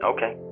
Okay